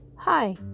Hi